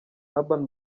urban